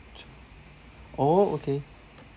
ch~ oh okay